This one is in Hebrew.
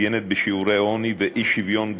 מתאפיינת בשיעורי עוני ואי-שוויון גבוהים.